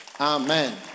Amen